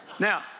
Now